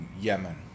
Yemen